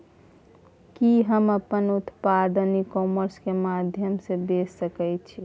कि हम अपन उत्पाद ई कॉमर्स के माध्यम से बेच सकै छी?